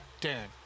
Darren